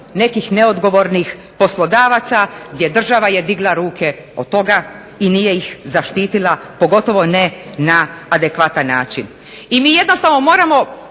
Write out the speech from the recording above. nekih neodgovornih poslodavaca gdje država je digla ruke od toga i nije ih zaštitila pogotovo ne na adekvatan način. I mi jednostavno moramo